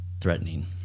threatening